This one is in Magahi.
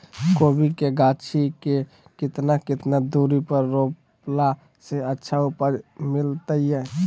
कोबी के गाछी के कितना कितना दूरी पर रोपला से अच्छा उपज मिलतैय?